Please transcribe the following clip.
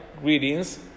greetings